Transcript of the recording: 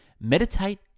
Meditate